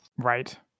Right